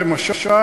כמשל,